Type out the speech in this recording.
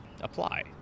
apply